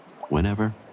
Whenever